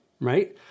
right